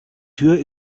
tür